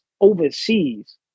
overseas